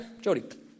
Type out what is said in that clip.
Jody